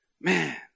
Man